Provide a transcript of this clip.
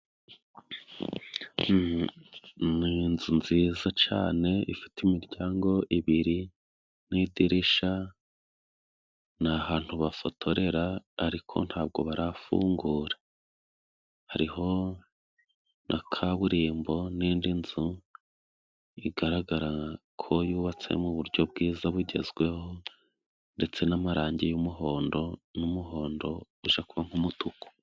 Ni inzu nziza cane ifite imiryango ibiri n'idirisha, ni ahantu bafotorera ariko ntabwo barafungura. Hariho na kaburimbo n'indi nzu igaragara ko yubatse mu buryo bwiza bugezweho ndetse n'amarangi y'umuhondo n'umuhondo uja kuba nk'umutuku.